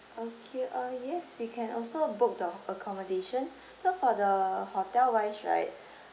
okay uh yes we can also book the accommodation so for the hotel wise right